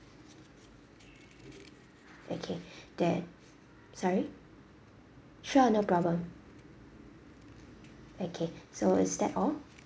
okay then sorry sure no problem okay so is that all